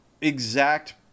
exact